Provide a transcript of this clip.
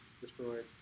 destroyed